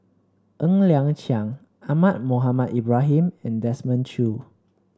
Ng Liang Chiang Ahmad Mohamed Ibrahim and Desmond Choo